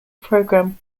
program